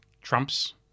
trumps